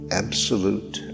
absolute